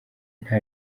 nta